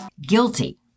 Guilty